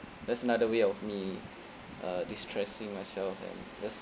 that's another way of me uh destressing myself and just